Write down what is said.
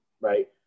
right